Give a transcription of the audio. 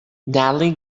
natalie